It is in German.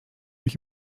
mich